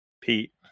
Pete